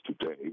today